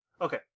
okay